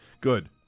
Good